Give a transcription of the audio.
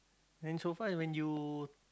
and so far when you